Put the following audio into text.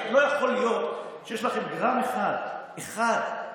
הרי לא יכול להיות, יש לכם גרם אחד, אחד,